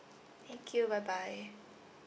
thank you bye bye